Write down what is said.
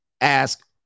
ask